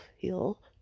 feel